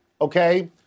Okay